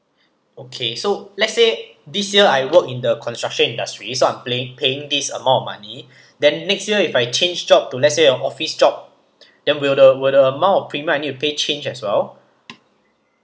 okay so let's say this year I work in the construction industry so I'm playing paying this amount of money then next year if I change job to let's say an office job then will the will the amount of premium I need to pay change as well